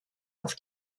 auf